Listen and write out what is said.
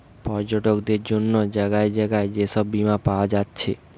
পর্যটকদের জন্যে জাগায় জাগায় যে সব বীমা পায়া যাচ্ছে